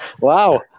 Wow